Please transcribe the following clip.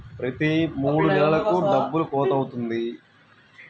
ప్రతి మూడు నెలలకు డబ్బులు కోత అవుతుంది ఎందుకు?